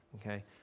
Okay